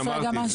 אני אמרתי,